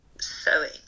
sewing